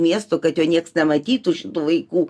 miesto kad jo nieks nematytų tų vaikų